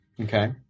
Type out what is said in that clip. Okay